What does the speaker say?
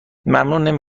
ممنون، نمی